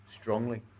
strongly